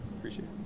appreciate